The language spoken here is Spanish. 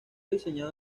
diseñado